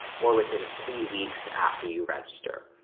or within three weeks after you register.